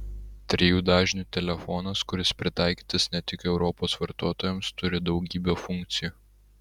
trijų dažnių telefonas kuris pritaikytas ne tik europos vartotojams turi daugybę funkcijų